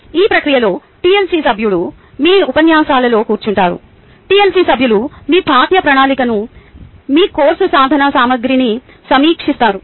ఈ ప్రక్రియలో TLC సభ్యుడు మీ ఉపన్యాసాలలో కూర్చుంటారు TLC సభ్యులు మీ పాఠ్య ప్రణాళికను మీ కోర్సు సాధన సామగ్రిని సమీక్షిస్తారు